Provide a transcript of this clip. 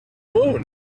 moon